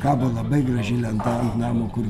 kabo labai graži lenta ant namo kur